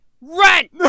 rent